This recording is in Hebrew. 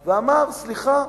ואמר: סליחה,